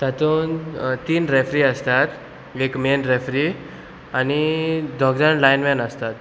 तातूंत तीन रेफ्री आसतात एक मेन रेफ्री आनी दोग जाण लायन मॅन आसतात